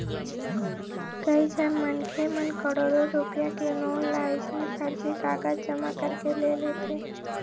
कइझन मनखे मन करोड़ो रूपिया के लोन ल अइसने फरजी कागज जमा करके ले लेथे